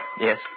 Yes